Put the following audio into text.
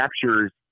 captures